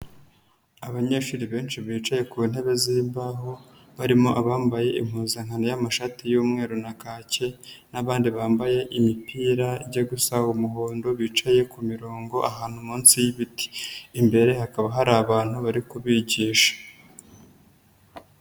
Abanyeshuri benshi bicaye ku ntebe z'imbaho, barimo abambaye impuzankano y'amashati y'umweru na kake, n'abandi bambaye imipira ijya gusa umuhondo bicaye kumirongo ahantu munsi y'ibiti. Imbere hakaba hari abantu bari kubigisha.